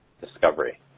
discovery